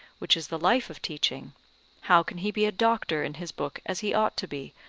which is the life of teaching how can he be a doctor in his book as he ought to be,